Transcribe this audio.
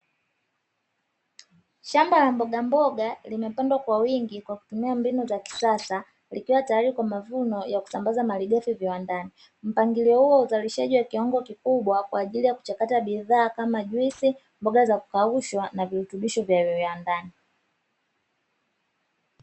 Shamba la mbogamboga limepandwa kwa wingi kwa kutumia mbinu za kisasa, likiwa tayari kwa mavuno ya kusambaza malighafi viwandani. Mpangilio huu wa uzalishaji wa kiwango kikubwa kwa ajili ya kuchakata bidhaa kama juisi, mboga za kukaushwa na virutubisha vya viwandani.